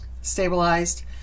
stabilized